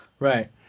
Right